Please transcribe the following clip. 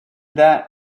that